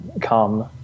come